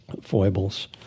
foibles